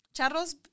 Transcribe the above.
Charros